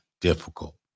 difficult